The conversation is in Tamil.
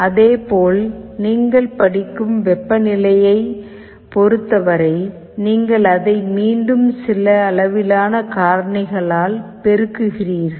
அதே போல் நீங்கள் படிக்கும் வெப்பநிலையைப் பொறுத்தவரை நீங்கள் அதை மீண்டும் சில அளவிலான காரணிகளால் பெருக்குகிறீர்கள்